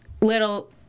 little